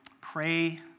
Pray